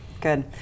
Good